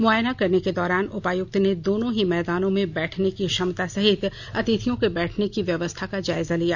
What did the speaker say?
मुआयना करने के दौरान उपायुक्त ने दोनों ही मैदानों में बैठने की क्षमता सहित अतिथियों के बैठने की व्यवस्था का जायजा लिया